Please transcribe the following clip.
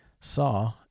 saw